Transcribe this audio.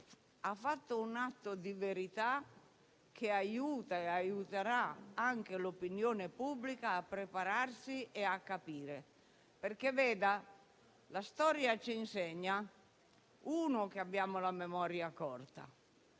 ha fatto un atto di verità che aiuta e aiuterà anche l'opinione pubblica a prepararsi e a capire. La storia ci insegna che abbiamo la memoria corta.